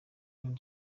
queen